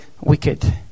wicked